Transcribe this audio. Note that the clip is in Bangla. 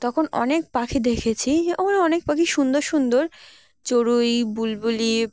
তখন অনেক পাখি দেখেছি ওখানে অনেক পাখি সুন্দর সুন্দর চড়ুই বুলবুলি